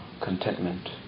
contentment